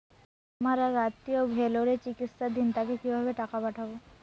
আমার এক আত্মীয় ভেলোরে চিকিৎসাধীন তাকে কি ভাবে টাকা পাঠাবো?